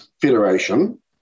federation